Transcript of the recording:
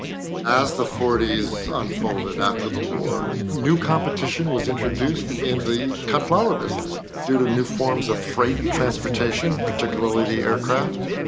as the forty s unfolded, after the war, new competition was introduced in the cut flower business due to new forms of freight transportation, particularly the aircraft,